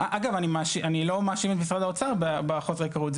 אגב, אני לא מאשים את משרד האוצר בחוסר היכרות.